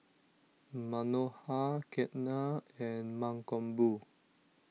Manohar Ketna and Mankombu